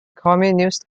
communist